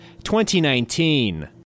2019